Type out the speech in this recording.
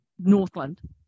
Northland